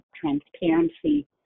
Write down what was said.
transparency